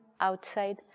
outside